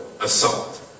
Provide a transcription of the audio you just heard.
assault